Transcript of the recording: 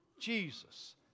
Jesus